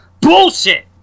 bullshit